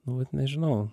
nu vat nežinau